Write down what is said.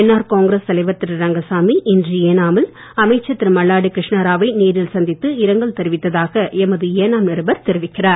NR Congress தலைவர் திரு ரங்கசாமி இன்று ஏனாமில் அமைச்சர் திரு மல்லாடிகிருஷ்ணராவை நேரில் சந்தித்து இரங்கல் தெரிவித்ததாக எமது ஏனாம் நிருபர் தெரிவிக்கிறார்